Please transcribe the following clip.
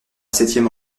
septième